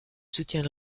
soutient